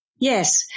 Yes